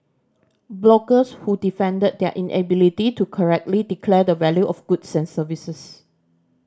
bloggers who defended their inability to correctly declare the value of goods and services